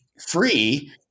free